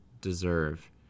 deserve